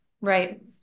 Right